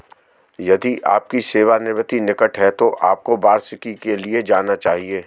यदि आपकी सेवानिवृत्ति निकट है तो आपको वार्षिकी के लिए जाना चाहिए